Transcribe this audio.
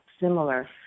similar